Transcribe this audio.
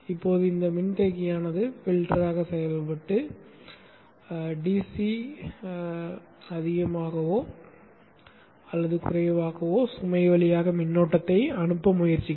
இப்போது இந்த மின்தேக்கியானது பில்டராக செயல்பட்டு dc போல அதிகமாகவோ அல்லது குறைவாகவோ சுமை வழியாக மின்னோட்டத்தை அனுப்ப முயற்சிக்கும்